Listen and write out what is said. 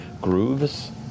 grooves